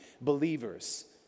believers